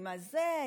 עם הזה,